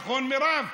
נכון, מרב?